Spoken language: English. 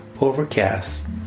Overcast